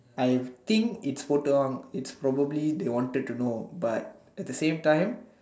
I think it's photo on it's probably they want to know but at the same time